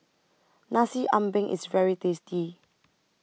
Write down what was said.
Nasi Ambeng IS very tasty